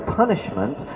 punishment